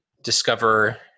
discover